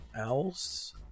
else